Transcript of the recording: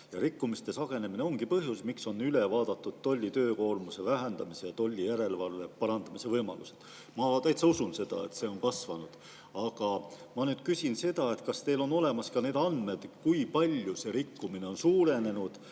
Rikkumiste sagenemine ongi põhjus, miks on üle vaadatud tolli töökoormuse vähendamise ning tollijärelevalve parandamise võimalused." Ma täitsa usun seda, et see kõik on kasvanud. Aga ma küsin, kas teil on olemas ka andmed selle kohta, kui palju on rikkumine suurenenud